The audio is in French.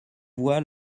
voix